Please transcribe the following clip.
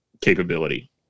capability